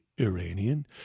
Iranian